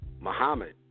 Muhammad